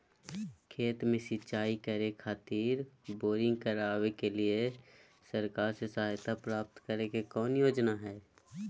खेत में सिंचाई करे खातिर बोरिंग करावे के लिए सरकार से सहायता प्राप्त करें के कौन योजना हय?